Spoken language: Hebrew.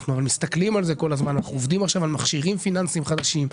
אנחנו עובדים עכשיו על מכשירים פיננסיים חדשים,